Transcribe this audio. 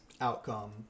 outcome